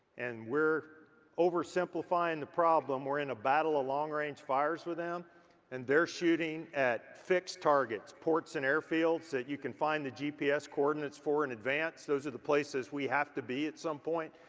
and we're over simplifying the problem. we're in a battle of long range fires with them and they're shooting at fixed targets, ports and air fields, that you can find the gps coordinates for in advance. those are the places we have to be at some point.